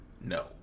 no